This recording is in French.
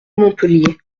montpellier